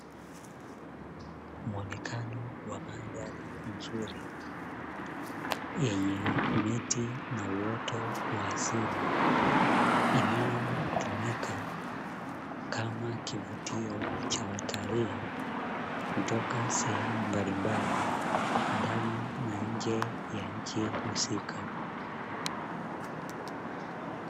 Muonekano wa mandhari nzuri yenye miti na uoto wa asili, inayotumika kama kivutio cha watalii kutoka sehemu mbalimbali ndani na nje ya nchi husika.